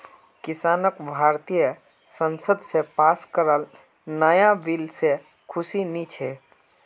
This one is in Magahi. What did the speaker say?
किसानक भारतीय संसद स पास कराल नाया बिल से खुशी नी छे